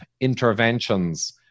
interventions